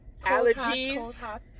allergies